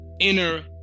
inner